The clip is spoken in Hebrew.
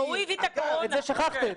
את זה שכחתם.